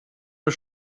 der